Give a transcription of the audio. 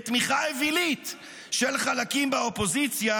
בתמיכה אווילית של חלקים באופוזיציה,